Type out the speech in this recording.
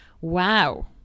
Wow